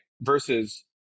versus